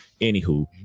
anywho